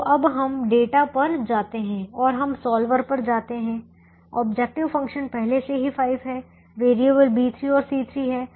तो अब हम डेटा पर जाते हैं और हम सॉल्वर पर जाते हैं ऑब्जेक्टिव फ़ंक्शन पहले से ही 5 है वेरिएबल B3 और C3 है